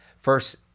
first